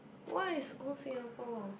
what is old Singapore